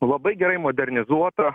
labai gerai modernizuota